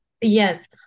yes